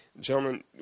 Gentlemen